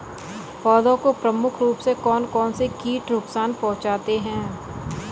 पौधों को प्रमुख रूप से कौन कौन से कीट नुकसान पहुंचाते हैं?